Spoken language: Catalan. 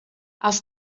els